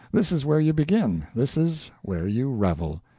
this is where you begin, this is where you revel.